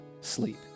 sleep